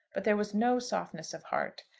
but there was no softness of heart.